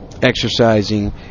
exercising